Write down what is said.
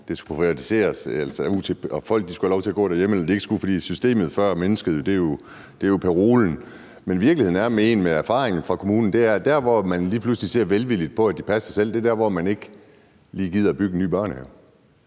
det skulle realiseres, og om folk skulle have lov til at gå derhjemme, eller om de ikke skulle, for systemet før mennesket er jo parolen. Men virkeligheden for en med erfaring fra kommunen er, at der, hvor man lige pludselig ser velvilligt på, at de passer selv, er der, hvor man ikke lige gider at bygge en ny børnehave.